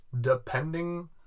depending